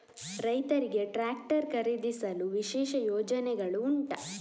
ರೈತರಿಗೆ ಟ್ರಾಕ್ಟರ್ ಖರೀದಿಸಲು ವಿಶೇಷ ಯೋಜನೆಗಳು ಉಂಟಾ?